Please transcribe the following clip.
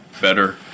better